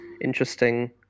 interesting